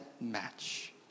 match